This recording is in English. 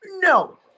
No